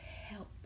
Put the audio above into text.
help